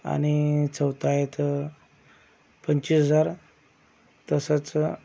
आणि चौथा आहे तर पंचवीस हजार तसंच